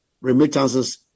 remittances